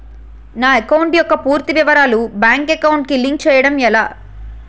నా అకౌంట్ యెక్క పూర్తి వివరాలు బ్యాంక్ అకౌంట్ కి లింక్ చేయడం ఎలా?